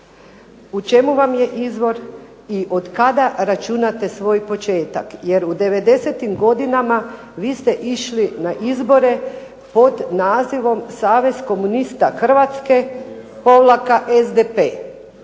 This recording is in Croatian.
u čemu vam je izvor i otkada računate svoj početak jer u '90.-tim godinama vi ste išli na izbore pod nazivom Savez komunista Hrvatske-SDP,